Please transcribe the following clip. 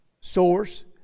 source